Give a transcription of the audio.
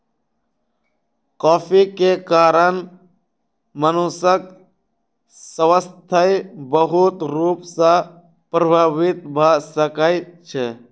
coffee के कारण मनुषक स्वास्थ्य बहुत रूप सॅ प्रभावित भ सकै छै